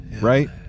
right